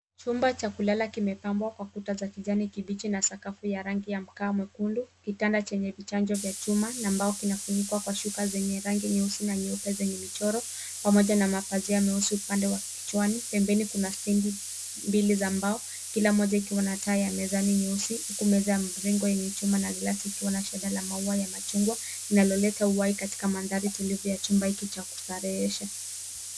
Chumba cha kulala kimepambwa kwa kuta za kijani kibichi na sakafu ya rangi ya mkaa mwekundu. Kitanda chenye vichanjo vya chuma na mbao kinafunikwa kwa shuka zenye rangi nyeusi na nyeupe zenye michoro pamoja na mapazia meusi upande wa kichwani. Pembeni kuna stendi mbili za mbao kila moja ikiwa na taa ya mezani nyeusi huku meza ya mviringo yenye chuma na glasi ikiwa na shada la maua ya machungwa linaloleta uhai katika mandhari tulivyo ya chumba hiki cha kustarehesha.